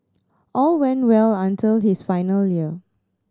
all went well until his final year